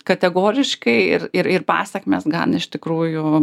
kategoriškai ir ir pasekmes gan iš tikrųjų